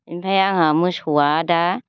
ओमफाय आंहा मोसौआ दा